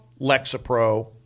Lexapro